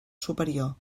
superior